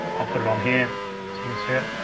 i'll put it on here so you can see it.